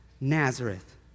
Nazareth